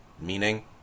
Meaning